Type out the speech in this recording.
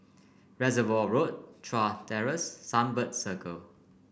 Reservoir Road Chuan Terrace Sunbird Circle